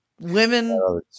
Women